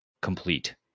complete